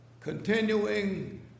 continuing